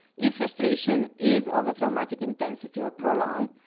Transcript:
if frustration is of a dramatic intensity or prolonged,